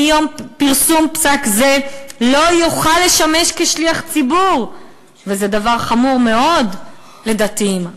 מיום פרסום פסק זה לא יוכל לשמש כשליח ציבור" וזה דבר חמור מאוד לדתיים,